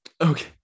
okay